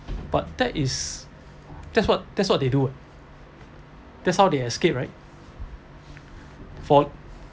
but that is that's what that's what they do what that's how they escape right for